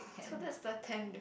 so that's the tenth